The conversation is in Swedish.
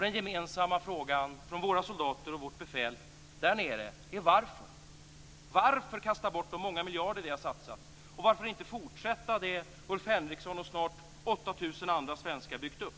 Den gemensamma frågan från våra soldater och vårt befäl där nere är: Varför? Varför kasta bort de många miljarder vi har satsat? Varför inte fortsätta det Ulf Henriksson och snart 8 000 andra svenskar byggt upp?